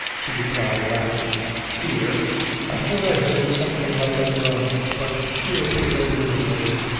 she replied, laughing hear i thought i heard something like a groan but sure tis only the wind.